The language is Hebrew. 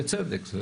בצדק.